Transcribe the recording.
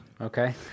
Okay